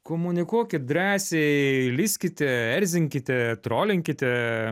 komunikuokit drąsiai lįskite erzinkite trolinkite